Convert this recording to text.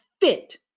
fit